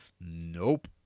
nope